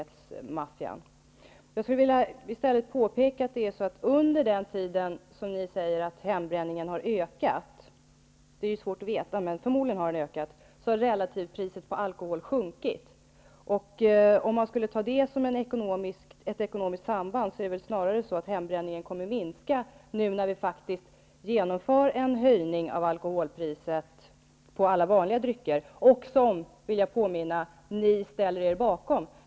Jag skulle i stället vilja påpeka att under den tid som ni säger att hembränningen har ökat -- det är svårt att veta, men förmodligen har den ökat -- har relativpriset på alkohol sjunkit. Om man skulle ta det som ett ekonomiskt samband, är det snarare så att hembränningen kommer att minska när vi nu faktiskt genomför en höjning av alkoholpriset på alla vanliga drycker, och som, det vill jag påminna om, ni ställer er bakom.